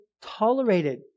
tolerated